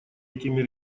этими